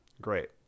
Great